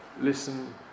Listen